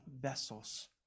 vessels